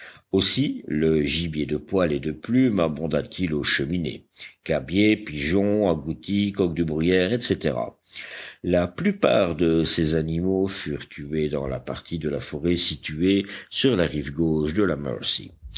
aussi le gibier de poil et de plume abonda t il aux cheminées cabiais pigeons agoutis coqs de bruyère etc la plupart de ces animaux furent tués dans la partie de la forêt située sur la rive gauche de la mercy